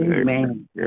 Amen